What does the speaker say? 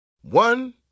One